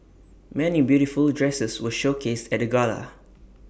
many beautiful dresses were showcased at the gala